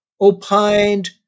opined